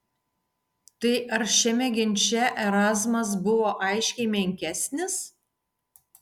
tai ar šiame ginče erazmas buvo aiškiai menkesnis